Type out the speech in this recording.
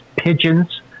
Pigeons